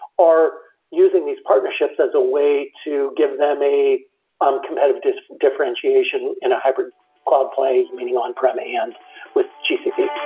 are using these partnerships as a way to give them a um competitive differentiation in a hybrid cloud play, meaning on-prem and with gcp.